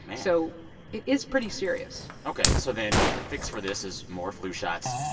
so it is pretty serious ok. so then the fix for this is more flu shots.